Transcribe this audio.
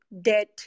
debt